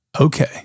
okay